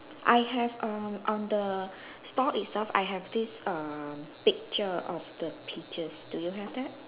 I have err on the store itself I have this err picture of the peaches do you have that